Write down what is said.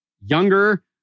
younger